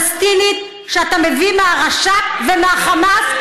הפלסטינית שאתה מביא מהרש"פ ומהחמאס,